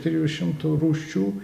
trijų šimtų rūšių